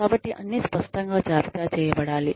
కాబట్టి అన్నీ స్పష్టంగా జాబితా చేయబడాలి